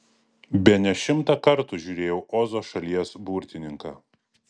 bene šimtą kartų žiūrėjau ozo šalies burtininką